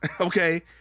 Okay